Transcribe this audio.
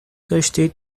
داشتید